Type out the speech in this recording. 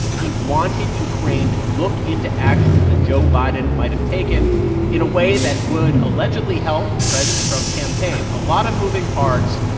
he wanted ukraine to look into actions that joe biden might have taken in a way that would allegedly help president trump's campaign. a lot of moving parts,